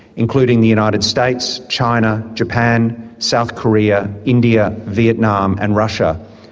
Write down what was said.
including the united states, china, japan, south korea, india, vietnam and russia,